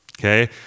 Okay